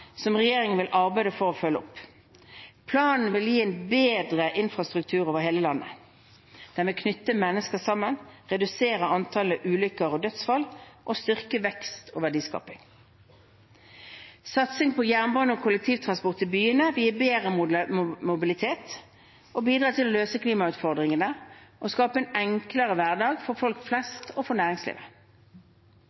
som regjeringen vil arbeide for å følge opp. Planen vil gi en bedre infrastruktur over hele landet. Den vil knytte mennesker sammen, redusere antall ulykker og dødsfall og styrke vekst og verdiskaping. Satsing på jernbane og kollektivtransport i byene vil gi bedre mobilitet, bidra til å løse klimautfordringene og skape en enklere hverdag for folk